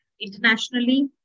internationally